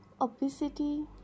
Obesity